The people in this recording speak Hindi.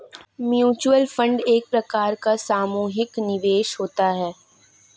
म्यूचुअल फंड एक प्रकार का सामुहिक निवेश होता है